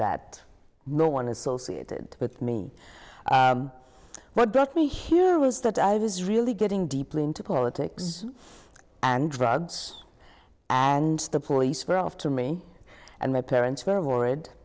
that no one associated with me but brought me here was that i was really getting deeply into politics and drugs and the police were of to me and my parents were horrid